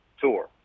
tour